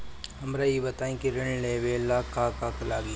हमरा ई बताई की ऋण लेवे ला का का लागी?